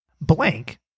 Blank